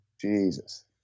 Jesus